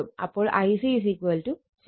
അപ്പോൾ Ic 6